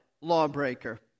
lawbreaker